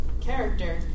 character